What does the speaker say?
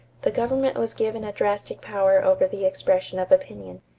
the government was given a drastic power over the expression of opinion.